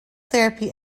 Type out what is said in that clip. therapy